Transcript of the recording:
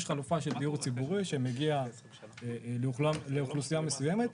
יש חלופה של דיור ציבורי שמגיע לאוכלוסייה מסוימת,